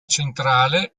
centrale